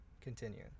continue